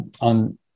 on